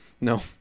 No